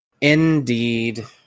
Indeed